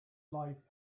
life